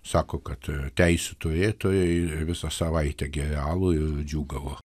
sako kad teisių turėtojai visą savaitę gėrė alų ir džiūgavo